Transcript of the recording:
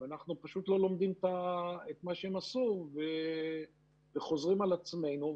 אנחנו פשוט לא לומדים את מה שהם עשו וחוזרים על עצמנו.